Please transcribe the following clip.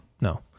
No